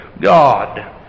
God